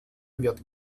wird